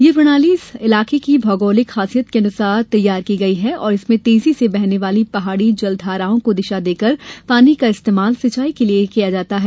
यह प्रणाली इस इलाके की भौगोलिक खासियत के अनुसार तैयार की गई है और इसमें तेजी से बहने वाली पहाड़ी जल धाराओं को दिशा देकर पानी का इस्तेमाल सिंचाई के लिए किया जाता है